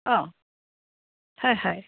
অঁ হয় হয়